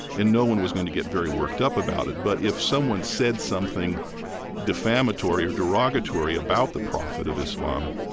and no one was going to get very worked up about it. but if someone said something defamatory or derogatory about the prophet of islam,